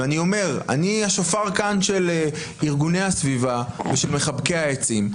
אני השופר כאן של ארגוני הסביבה ושל מחבקי העצים,